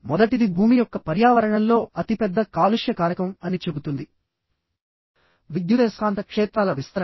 మొదటిది భూమి యొక్క పర్యావరణంలో అతిపెద్ద కాలుష్య కారకం అని చెబుతుంది విద్యుదయస్కాంత క్షేత్రాల విస్తరణ